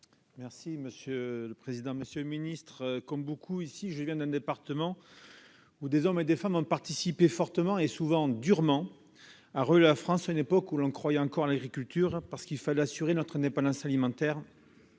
Monsieur le président, monsieur le secrétaire d'État, comme beaucoup ici, je viens d'un département où des hommes et des femmes ont participé fortement, et souvent durement, à relever la France, à une époque où l'on croyait encore à l'agriculture pour assurer notre indépendance alimentaire.